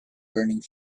burning